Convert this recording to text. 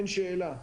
אין שאלה,